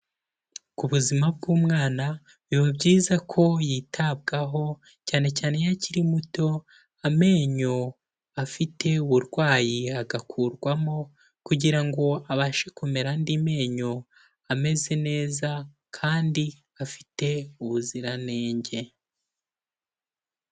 Ku buzima bw'umwana biba byiza ko yitabwaho cyane cyane iyo akiri muto, amenyo afite uburwayi agakurwamo kugirango abashe kumera andi menyo ameze neza kandi afite ubuziranenge.